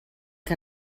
que